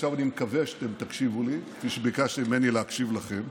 עכשיו אני מקווה שאתם תקשיבו לי כפי שביקשתם ממני להקשיב לכם.